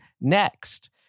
next